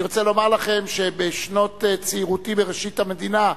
אני רוצה לומר לכם שבשנות צעירותי, בראשית המדינה,